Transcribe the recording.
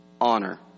honor